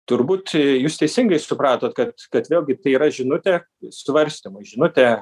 turbūt jūs teisingai supratot kad kad vėlgi tai yra žinutė svarstymui žinutė